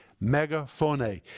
megaphone